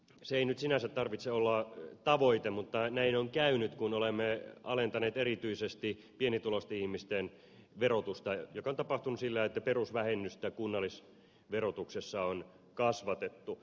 sen ei nyt sinänsä tarvitse olla tavoite mutta näin on käynyt kun olemme alentaneet erityisesti pienituloisten ihmisten verotusta mikä on tapahtunut sillä että perusvähennystä kunnallisverotuksessa on kasvatettu